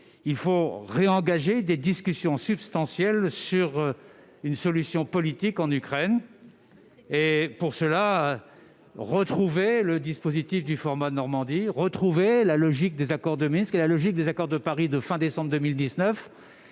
Il faut réengager des discussions substantielles sur une solution politique en Ukraine et, pour cela, retrouver le dispositif du format Normandie, la logique des accords de Minsk, celle des accords de Paris de fin décembre 2019